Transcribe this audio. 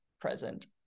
present